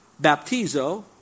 baptizo